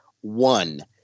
one